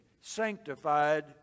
Sanctified